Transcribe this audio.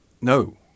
No